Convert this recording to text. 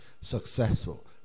successful